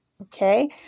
Okay